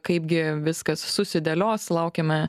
kaipgi viskas susidėlios laukiame